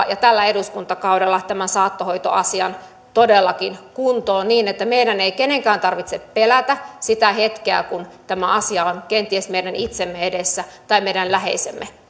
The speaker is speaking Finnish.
ja eduskuntakaudella tämän saattohoitoasian kuntoon niin että meidän ei kenenkään tarvitse pelätä sitä hetkeä kun tämä asia on kenties meidän itsemme edessä tai meidän läheisemme